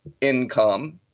income